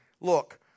look